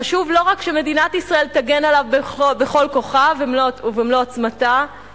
חשוב לא רק שמדינת ישראל תגן עליו בכל כוחה ובמלוא עוצמתה,